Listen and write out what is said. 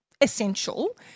essential